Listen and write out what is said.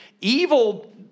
evil